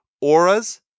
auras